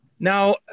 Now